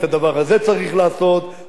צריך להצביע כמה שיותר מהר,